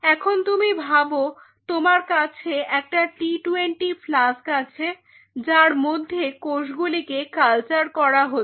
এখন তুমি ভাবো তোমার কাছে একটা টি টোয়েন্টি ফ্লাস্ক আছে যার মধ্যে কোষগুলিকে কালচার করা হচ্ছে